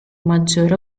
maggiore